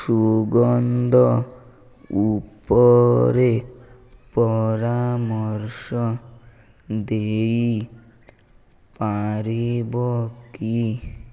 ସୁଗନ୍ଧ ଉପରେ ପରାମର୍ଶ ଦେଇ ପାରିବ କି